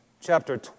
chapter